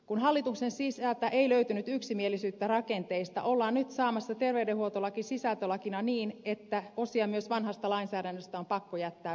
kun hallituksen sisältä ei löytynyt yksimielisyyttä rakenteista ollaan nyt saamassa terveydenhuoltolaki sisältölakina niin että osia myös vanhasta lainsäädännöstä on pakko jättää voimaan